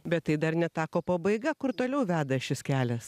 bet tai dar ne tako pabaiga kur toliau veda šis kelias